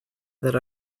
that